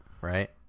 right